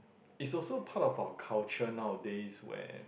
is also part of our culture nowadays where